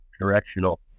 directional